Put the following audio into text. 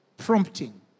prompting